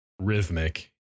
rhythmic